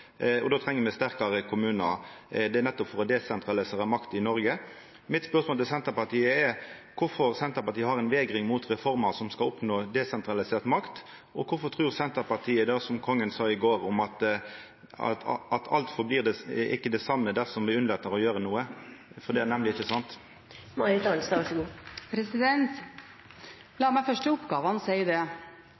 staten. Då treng me sterkare kommunar. Det er nettopp for å desentralisera makt i Noreg. Mitt spørsmål til Senterpartiet er: Kvifor har Senterpartiet ei vegring mot reformer som skal oppnå desentralisert makt? Og kvifor trur Senterpartiet det som kongen sa i går, at alt blir ikkje ved det same dersom me unnlèt å gjera noko? Det er nemleg ikkje sant. La meg først, til oppgavene, si: Regjeringen stilte kommunene i forventning at det